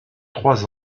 trois